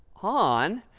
on.